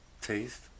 taste